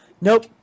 Nope